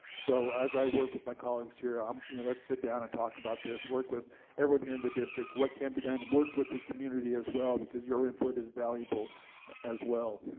so as i work with my colleagues here um let's sit down and talk about this. work with everyone here in the district what can be done, work with the community as well because your input is valuable as well.